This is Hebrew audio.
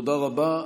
תודה רבה.